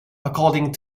according